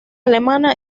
alemana